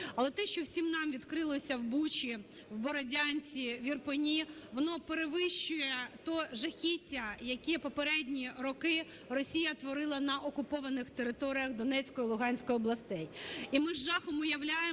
Але те, що всім нам відкрилося в Бучі, в Бородянці, в Ірпені, воно перевищує те жахіття, яке попередні роки Росія творила на окупованих територіях Донецької і Луганської областей.